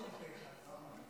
בעד,